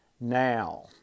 now